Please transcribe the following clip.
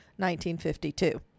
1952